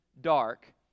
dark